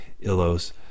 illos